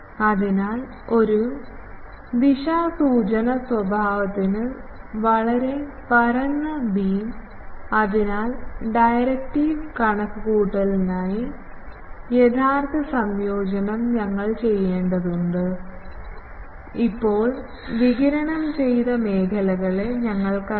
അതിനാൽ ഒരു ദിശാസൂചന സ്വഭാവത്തിന് വളരെ പരന്ന ബീം അതിനാൽ ഡയറക്റ്റീവ് കണക്കുകൂട്ടലിനായി യഥാർത്ഥ സംയോജനം ഞങ്ങൾ ചെയ്യേണ്ടതുണ്ട് ഇപ്പോൾ വികിരണം ചെയ്ത മേഖലകളെ ഞങ്ങൾക്കറിയാം